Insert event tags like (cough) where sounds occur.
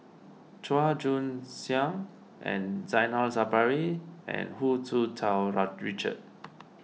Chua Joon Siang and Zainal Sapari and Hu Tsu Tau (unintelligible) Richard